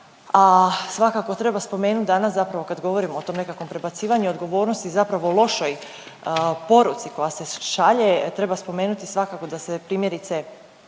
A svakako treba spomenut danas zapravo kad govorimo o tom nekakvom prebacivanju odgovornosti zapravo lošoj poruci koja se šalje, treba spomenuti svakako da se primjerice